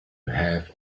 have